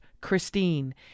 Christine